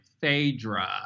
Phaedra